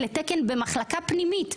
לתקן במחלקה פנימית.